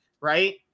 right